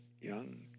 young